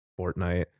Fortnite